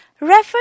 refer